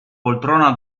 poltrona